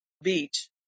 Beach